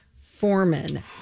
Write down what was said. Foreman